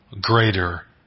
greater